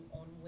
on